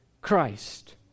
Christ